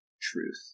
truth